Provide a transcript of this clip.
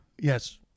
Yes